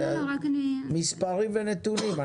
אנחנו מבקשים מספרים ונתונים.